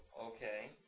Okay